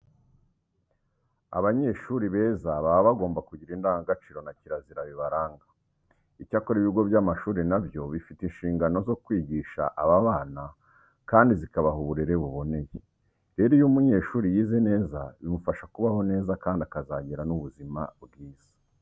Abanyeshuri beza baba bagomba kugira indangagaciro na kirazira bibaranga. Icyakora ibigo by'amashuri na byo bifite inshingano zo kwigisha aba bana kandi zikabaha uburere buboneye. Rero iyo umunyeshuri yize neza bimufasha kubaho neza kandi akazagira n'ubuzima bwiza.